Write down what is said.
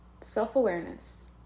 Self-awareness